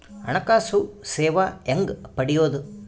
ಹಣಕಾಸು ಸೇವಾ ಹೆಂಗ ಪಡಿಯೊದ?